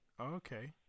Okay